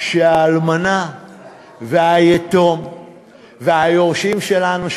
שהאלמנה והיתום והיורשים שלנו,